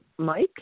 Mike